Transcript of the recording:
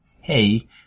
Hey